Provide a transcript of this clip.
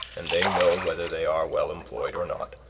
and they know whether they are well employed or not